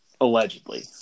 Allegedly